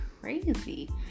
crazy